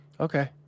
okay